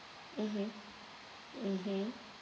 mmhmm mmhmm